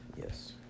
Yes